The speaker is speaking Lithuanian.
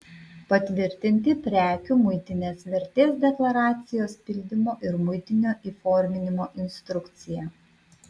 patvirtinti prekių muitinės vertės deklaracijos pildymo ir muitinio įforminimo instrukciją